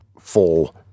full